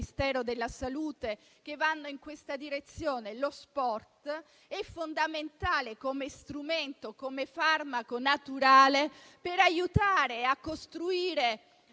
della salute che vanno in questa direzione. Lo sport è fondamentale come strumento, come farmaco naturale per aiutare a costruire